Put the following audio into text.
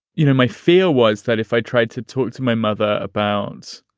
you know, my fear was that if i tried to talk to my mother abounds